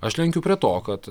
aš lenkiu prie to kad